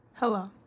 Hello